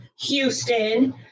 Houston